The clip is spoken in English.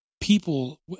people